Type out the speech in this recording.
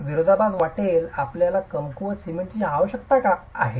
विरोधाभास वाटेल आपल्याला कमकुवत सिमेंटची आवश्यकता का आहे